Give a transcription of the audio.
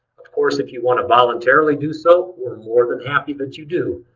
of course if you want to voluntarily do so, we are more than happy that you do,